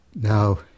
Now